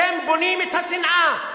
אתם בונים את השנאה.